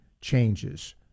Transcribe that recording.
changes